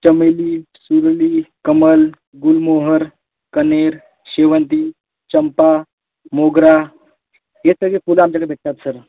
चमेली सुरीली कमल गुलमोहर कणेर शेवंती चंपा मोगरा हे सगळे फुलं आमच्याकडे भेटतात सर